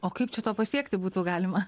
o kaip šito pasiekti būtų galima